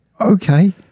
okay